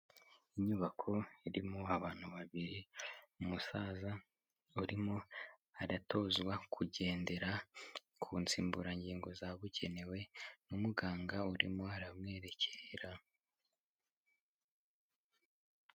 Inyubako irimo abantu babiri umusaza urimo aratozwa kugendera ku nsimburangingo zabugenewe n'umuganga urimo aramwerekera.